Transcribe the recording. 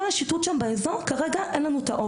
סיור רגלי ושיטוט במקום זה לא דבר שמתאפשר לנו לעשות כרגע.